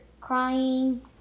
crying